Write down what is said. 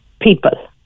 people